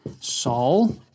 Saul